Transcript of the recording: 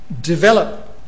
develop